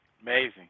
Amazing